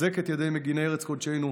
חזק את ידי מגיני ארץ קודשנו,